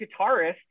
guitarist